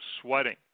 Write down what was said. sweating